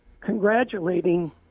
congratulating